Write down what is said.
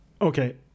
Okay